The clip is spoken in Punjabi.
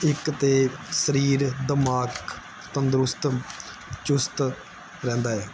ਇੱਕ ਤਾਂ ਸਰੀਰ ਦਿਮਾਗ ਤੰਦਰੁਸਤ ਚੁਸਤ ਰਹਿੰਦਾ ਹੈ